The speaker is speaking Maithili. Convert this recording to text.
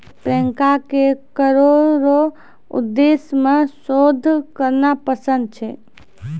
प्रियंका के करो रो उद्देश्य मे शोध करना पसंद छै